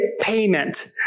payment